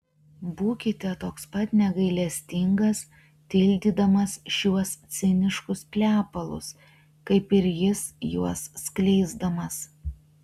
būkite toks pat negailestingas tildydamas šiuos ciniškus plepalus kaip ir jis juos skleisdamas